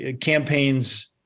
campaigns